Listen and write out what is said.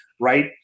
right